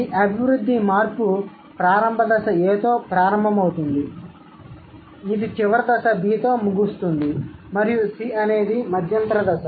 ఈ అభివృద్ధి మార్పు ప్రారంభ దశ Aతో ప్రారంభమవుతుంది ఇది చివరి దశ B తో ముగుస్తుంది మరియు C అనేది మధ్యంతర దశ